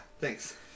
thanks